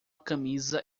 camisa